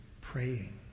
praying